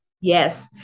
Yes